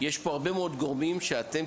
יש פה הרבה מאוד גורמים שאתם,